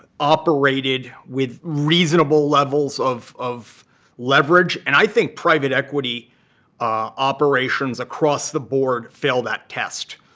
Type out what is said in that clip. operated with reasonable levels of of leverage. and i think private equity operations across the board fail that test.